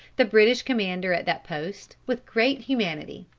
the british commander at that post, with great humanity.